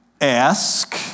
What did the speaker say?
ask